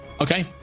Okay